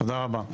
תודה רבה,